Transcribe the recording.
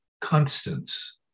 constants